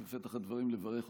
בפתח הדברים אני רוצה לברך אותך,